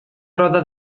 roda